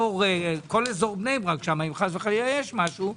שכל אזור בני ברק אם חלילה יש משהו,